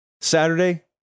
Saturday